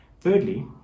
Thirdly